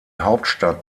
hauptstadt